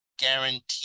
guarantee